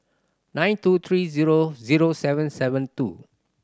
nine two three zero zero seven seven two